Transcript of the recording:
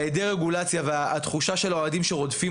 העדר רגולציה והתחושה של אוהדים שרודפים